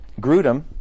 Grudem